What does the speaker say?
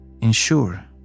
Ensure